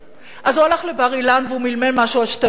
אז הוא הלך לבר-אילן והוא מלמל משהו על שתי מדינות,